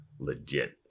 legit